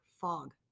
fog